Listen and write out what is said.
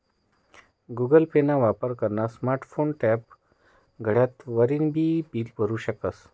Google pay ना वापर करनारा स्मार्ट फोन, टॅब, घड्याळ वरतीन बी बील भरु शकस